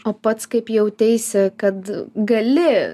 o pats kaip jauteisi kad gali